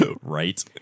Right